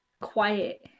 Quiet